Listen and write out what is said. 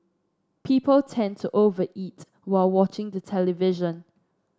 people tend to over eat while watching the television